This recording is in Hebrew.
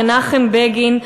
מנחם בגין,